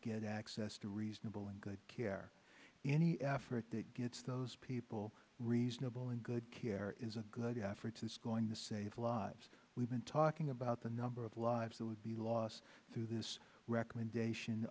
get access to reasonable and good care any effort that gets those people reasonable and good care is a good the effort is going to save lives we've been talking about the number of lives that would be lost to this recommendation